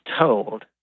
told